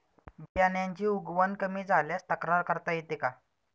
बियाण्यांची उगवण कमी झाल्यास तक्रार करता येते का?